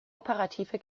operative